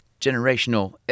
generational